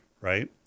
right